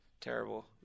Terrible